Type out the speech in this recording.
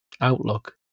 outlook